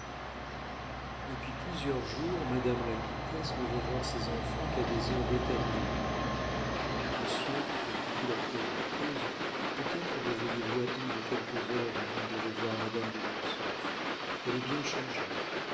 depuis plusieurs jours madame la comtesse ne veut voir ses enfants qu'à des heures déterminées monsieur reprit-il après une pause peut-être devriez-vous attendre quelques heures avant de revoir madame de mortsauf elle est bien changée